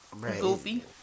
Goofy